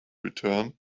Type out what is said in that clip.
returned